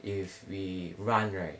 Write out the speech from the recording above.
if we run right